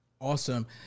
Awesome